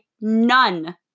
none